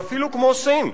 ואפילו כמו סין,